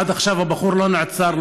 עד עכשיו הבחור לא נעצר,